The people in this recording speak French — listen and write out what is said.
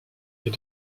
est